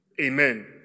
Amen